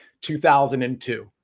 2002